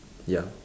ya